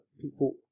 people